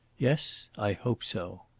yes, i hope so.